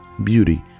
beauty